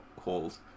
holes